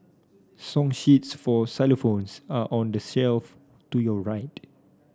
song sheets for xylophones are on the shelf to your right